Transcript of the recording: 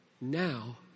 now